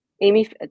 amy